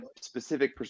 specific